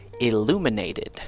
illuminated